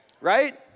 right